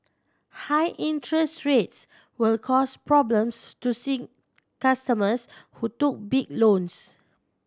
high interest rates will cause problems to C customers who took big loans